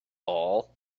all